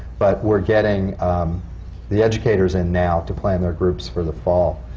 but we're getting the educators in now, to plan their groups for the fall.